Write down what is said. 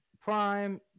prime